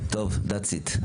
טוב, that's it.